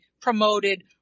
promoted